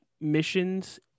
missions